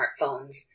smartphones